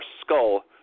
skull